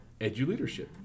eduleadership